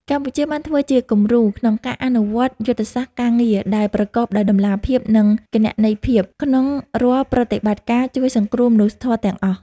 កម្ពុជាបានធ្វើជាគំរូក្នុងការអនុវត្តយុទ្ធសាស្ត្រការងារដែលប្រកបដោយតម្លាភាព និងគណនេយ្យភាព ក្នុងរាល់ប្រតិបត្តិការជួយសង្គ្រោះមនុស្សធម៌ទាំងអស់។